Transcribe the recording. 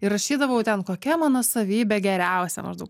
ir rašydavau ten kokia mano savybė geriausia maždaug